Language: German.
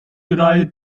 drei